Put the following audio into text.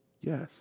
Yes